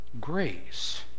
grace